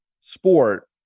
sport